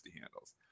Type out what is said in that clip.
handles